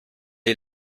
est